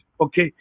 Okay